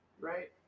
right